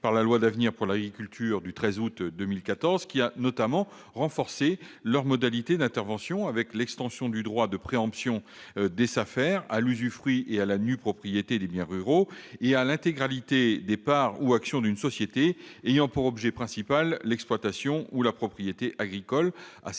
aout 2014 d'avenir pour l'agriculture, l'alimentation et la forêt, qui a notamment renforcé leurs modalités d'intervention- extension du droit de préemption des SAFER à l'usufruit et à la nue-propriété de biens ruraux et à l'intégralité des parts ou actions d'une société ayant pour objet principal l'exploitation ou la propriété agricole, à certaines